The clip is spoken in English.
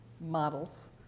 models